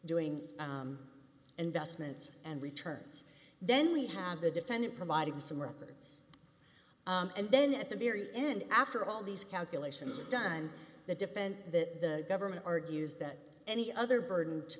doing investments and returns then we have the defendant providing some relevance and then at the very end after all these calculations are done the defense that the government argues that any other burden to